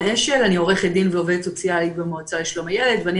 עורכת דין ועובדת סוציאלית במועצה לשלום הילד ואני